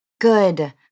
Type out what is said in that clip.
Good